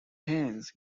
haynes